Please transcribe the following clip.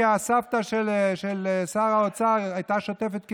כי הסבתא של האוצר הייתה שוטפת כלים.